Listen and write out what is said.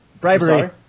Bribery